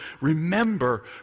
remember